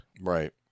Right